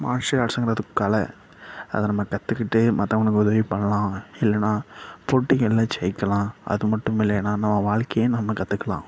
martial ஆர்ட்ஸுங்கிறது கலை அதை நம்ம கற்றுக்கிட்டு மற்றவங்களுக்கு உதவி பண்ணலாம் இல்லைன்னா போட்டிகள்ல ஜெயிக்கலாம் அது மட்டும் இல்லைனா நம்ம வாழ்க்கையே நம்ம கற்றுக்கலாம்